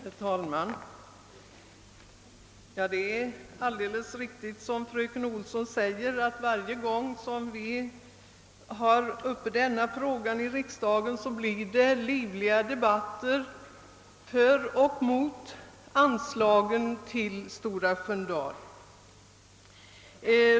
Herr talman! Det är alldeles riktigt som fröken Olsson säger, att varje gång som denna fråga är uppe här i riksdagen blir det livliga debatter, där man talar för och emot anslag till Svenska diakonsällskapets Sköndalsinstitut.